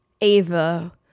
Ava